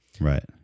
Right